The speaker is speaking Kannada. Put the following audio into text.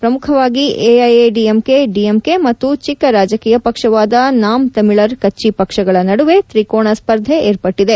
ಪ್ರಮುಖವಾಗಿ ಎಐಎಡಿಎಂಕೆ ಡಿಎಂಕೆ ಮತ್ತು ಚಿಕ್ನ ರಾಜಕೀಯ ಪಕ್ಷವಾದ ನಾಮ್ ತಮಿಳರ್ ಕಚ್ಚಿ ಪಕ್ಷಗಳ ನಡುವೆ ತ್ರಿಕೋಣ ಸ್ಪರ್ಧೆ ಏರ್ಪಟ್ಟಿದೆ